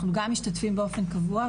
אנחנו גם משתתפים באופן קבוע,